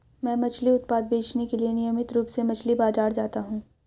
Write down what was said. मैं मछली उत्पाद बेचने के लिए नियमित रूप से मछली बाजार जाता हूं